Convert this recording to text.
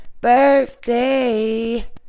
birthday